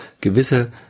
gewisse